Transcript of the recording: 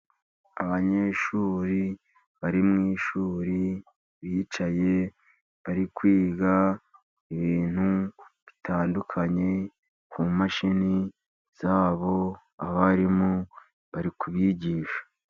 Abanyeshuri bari mu ishuri bicaye bari kwiga ibintu bitandukanye ku mashini zabo. Abarimu bari kubigisha.